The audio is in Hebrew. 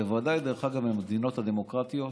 בוודאי במדינות הדמוקרטיות,